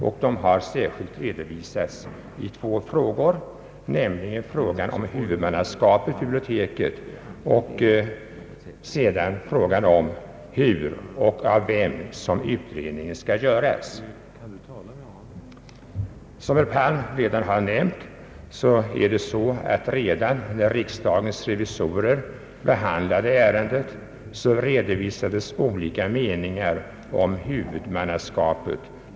Dessa har särskilt redovisats i två frågor, nämligen dels frågan om huvudmannaskapet för biblioteket och dels frågan om hur och av vem utredningen skall göras. Som herr Palm redan nämnt redovisades när riksdagens revisorer behandlade ärendet bland dem olika meningar om huvudmannaskapet.